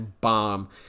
bomb